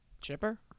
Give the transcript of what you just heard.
Chipper